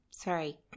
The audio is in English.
Sorry